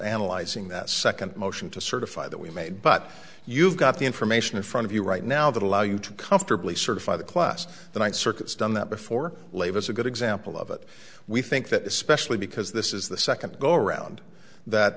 analyzing that second motion to certify that we made but you've got the information in front of you right now that allow you to comfortably certify the class the ninth circuit's done that before labor is a good example of it we think that especially because this is the second go around that